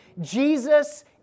Jesus